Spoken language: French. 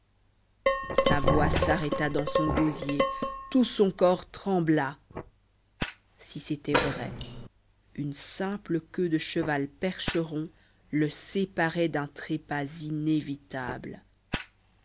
sa voix s'arrêta dans son gosier tout son corps trembla si c'était vrai une simple queue de cheval percheron le séparait d'un trépas inévitable